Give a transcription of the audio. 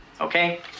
Okay